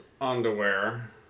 underwear